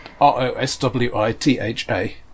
R-O-S-W-I-T-H-A